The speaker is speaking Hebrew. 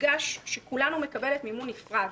יודגש שכולנו מקבלת מימון נפרד,